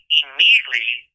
immediately